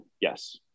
Yes